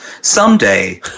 someday